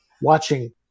watching